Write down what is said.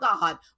God